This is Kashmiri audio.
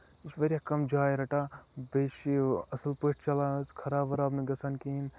یہِ چھُ واریاہ کَم جاے رَٹان بیٚیہِ چھُ یہِ اَصٕل پٲٹھۍ چلان حظ خراب وراب نہٕ گژھان کِہیٖںۍ